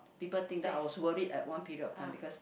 people think that I was worried at one period of time because